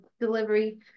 delivery